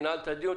ננעל את הדיון,